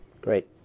Great